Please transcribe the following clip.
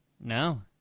No